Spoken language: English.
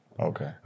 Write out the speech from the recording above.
Okay